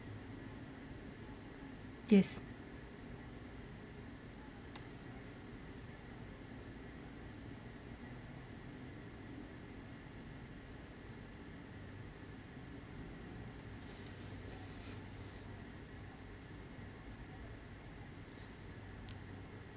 yes